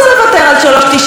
למה שיוותר,